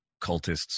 cultists